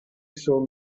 saw